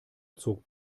zog